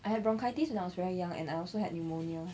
I had bronchitis when I was very young and I also had pneumonia